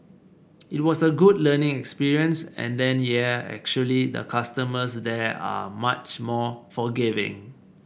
it was a good learning experience and then yeah actually the customers there are much more forgiving